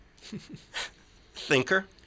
thinker